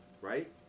right